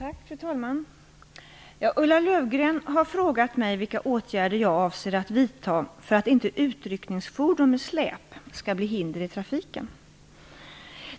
Fru talman! Ulla Löfgren har frågat mig vilka åtgärder jag avser att vidta för att inte utryckningsfordon med släp skall bli hinder i trafiken.